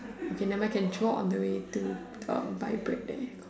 okay nevermind can draw on the way to uh buy bread there